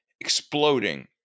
exploding